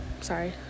sorry